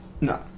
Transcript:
No